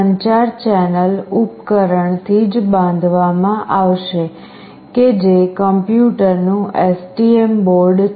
સંચાર ચેનલ ઉપકરણ થી જ બાંધવામાં આવશે કે જે કમ્યુટર નું STM બોર્ડ છે